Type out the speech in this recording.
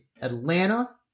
Atlanta